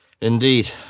Indeed